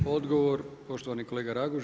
Odgovor poštovani kolega Raguž.